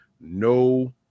No